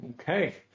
Okay